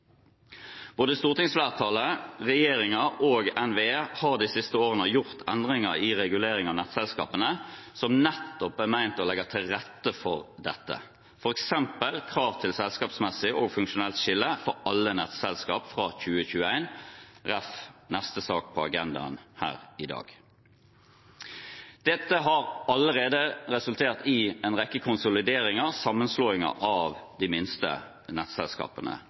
Både stortingsflertallet, regjeringen og NVE har de siste årene gjort endringer i regulering av nettselskapene som nettopp er ment å legge til rette for dette, f.eks. krav til selskapsmessig og funksjonelt skille for alle nettselskaper fra 2021, jf. neste sak på agendaen her i dag. Dette har allerede resultert i en rekke konsolideringer og sammenslåinger av de minste nettselskapene